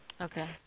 Okay